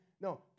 No